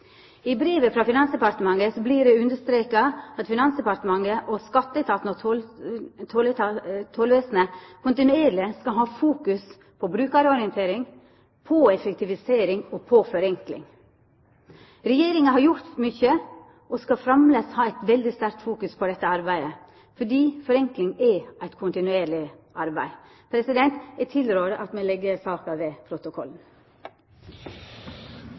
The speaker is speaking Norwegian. I brevet frå Finansdepartement vert det understreka at Finansdepartementet, skatteetaten og Tollvesenet kontinuerleg skal ha fokus på brukarorientering, på effektivisering og på forenkling. Regjeringa har gjort mykje, og skal framleis ha eit veldig sterkt fokus på dette arbeidet, fordi forenkling er eit kontinuerleg arbeid. Eg tilrår at me legg saka ved protokollen.